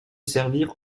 servir